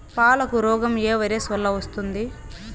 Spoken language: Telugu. పాలకు రోగం ఏ వైరస్ వల్ల వస్తుంది?